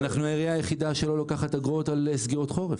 אנחנו העירייה היחידה שלא לוקחת אגרות על סגירות חורף.